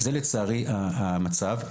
זה לצערי המצב.